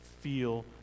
feel